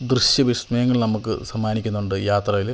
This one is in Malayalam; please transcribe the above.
ദൃശ്യ വിസ്മയങ്ങൾ നമുക്ക് സമ്മാനിക്കുന്നുണ്ട് യാത്രയില്